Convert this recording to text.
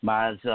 Mas